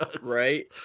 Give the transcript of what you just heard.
right